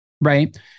right